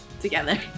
Together